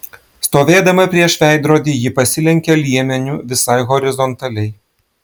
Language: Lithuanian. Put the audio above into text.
stovėdama prieš veidrodį ji pasilenkė liemeniu visai horizontaliai